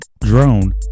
drone